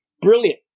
Brilliant